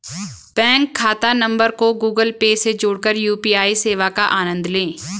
bank खाता number को Google Pay से जोड़कर यू.पी.आई सेवा का आनंद लें